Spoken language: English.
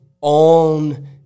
on